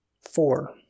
Four